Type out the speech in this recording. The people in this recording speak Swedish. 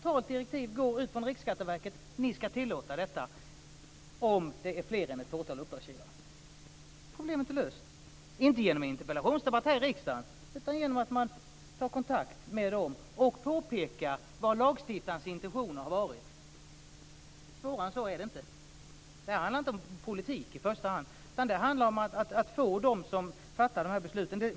Ett centralt direktiv går ut från Riksskatteverket: Ni skall tillåta detta om det är fler än ett fåtal uppdragsgivare. Problemet är löst, inte genom en interpellationsdebatt här i riksdagen utan genom att man tar kontakt och påpekar vad lagstiftarens intentioner har varit. Svårare än så är det inte. Det här handlar inte om politik i första hand. Det handlar om att nå dem som fattar besluten.